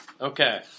Okay